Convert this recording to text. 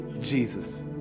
Jesus